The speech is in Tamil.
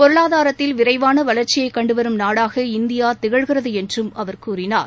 பொருளாதாரத்தில் விரைவாள வளர்ச்சியை கண்டு வரும் நாடாக இந்தியா திகழ்கிறது என்றும் அவர் கூறினார்